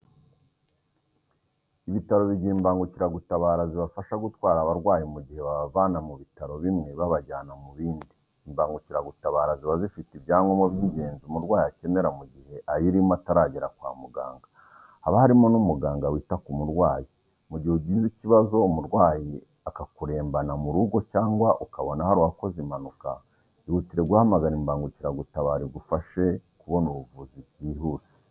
Ibitaro bigira imbangukiragutabara zibafasha gutwara abarwayi mu gihe babavana mu bitaro bimwe babajyana mu bindi, imbangukiragutabara ziba zifite ibyangobwa by'ingenzi umurwayi akenera mu gihe ayirimo ataragera kwa muganga, haba harimo n'umuganga wita ku murwayi, mu gihe ugize ikibazo umurwayi akakurembana mu rugo cyangwa ukabona hari uwakoze impanuka ihutire guhamagara imbagukiragutabara igufashe kubona ubuvuzi byihuse.